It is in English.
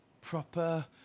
proper